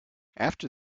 after